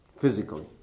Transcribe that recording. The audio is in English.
physically